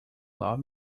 love